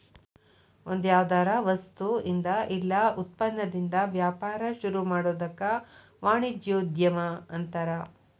ಒಂದ್ಯಾವ್ದರ ವಸ್ತುಇಂದಾ ಇಲ್ಲಾ ಉತ್ಪನ್ನದಿಂದಾ ವ್ಯಾಪಾರ ಶುರುಮಾಡೊದಕ್ಕ ವಾಣಿಜ್ಯೊದ್ಯಮ ಅನ್ತಾರ